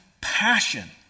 passion